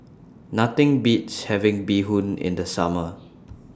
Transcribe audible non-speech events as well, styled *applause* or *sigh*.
Nothing Beats having Bee Hoon in The Summer *noise*